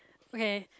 okay